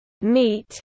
meat